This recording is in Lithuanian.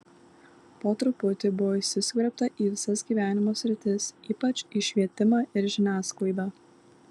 po truputį buvo įsiskverbta į visas gyvenimo sritis ypač į švietimą ir žiniasklaidą